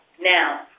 Now